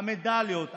המדליות,